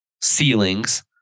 ceilings